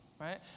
right